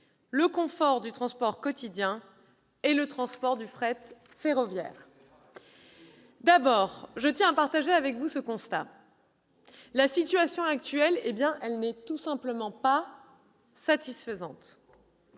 le confort du transport quotidien et [...] le transport du fret ferroviaire ». D'abord, je tiens à partager avec vous un constat : la situation actuelle n'est tout simplement pas satisfaisante.